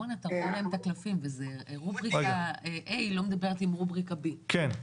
הקורונה טרפה להם את הקלפים ורובריקה A לא מדברת עם רובריקה B. כן,